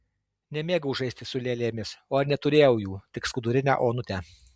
nemėgau žaisti su lėlėmis o ir neturėjau jų tik skudurinę onutę